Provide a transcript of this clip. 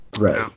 right